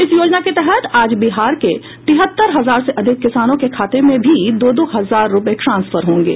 इस योजना के तहत आज बिहार के तिहत्तर हजार से अधिक किसानों के खाते में भी दो दो हजार रूपये ट्रांसफर होंगे